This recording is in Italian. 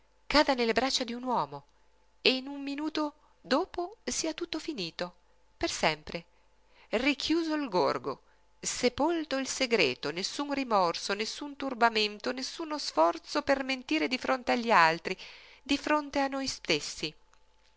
cada nelle braccia d'un uomo e un minuto dopo sia tutto finito per sempre richiuso il gorgo sepolto il segreto nessun rimorso nessun turbamento nessuno sforzo per mentire di fronte agli altri di fronte a noi stessi